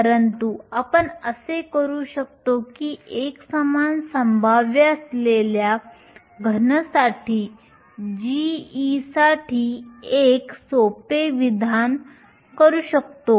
परंतु आपण असे करू शकतो की एकसमान संभाव्य असलेल्या घनसाठी g साठी एक सोपे विधान करू शकतो